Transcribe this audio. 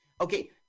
Okay